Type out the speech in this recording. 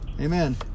Amen